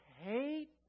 hate